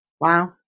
Wow